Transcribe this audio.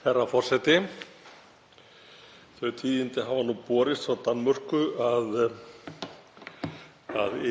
Herra forseti. Þau tíðindi hafa nú borist frá Danmörku að